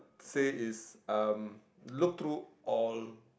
say is um look through all